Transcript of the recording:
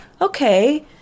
okay